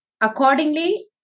accordingly